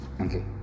Okay